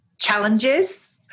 challenges